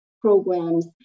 programs